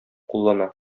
куллана